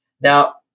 Now